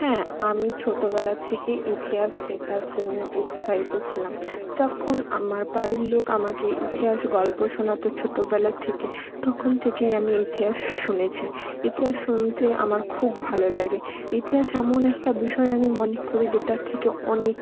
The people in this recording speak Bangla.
হ্যাঁ আমি ছোটোবেলা থেকেই ইতিহাস শেখার জন্য উৎসাহিত ছিলাম যখন আমার বাড়ির লোক আমাকে ইতিহাস গল্প শোনাত ছোটোবেলা থেকে তখন থেকেই আমি ইতিহাস শুনেছি ইতিহাস শুনতে আমার খুব ভালো লাগে ইতিহাস এমন একটা বিষয় আমি মনে করি যেটার থেকে অনেক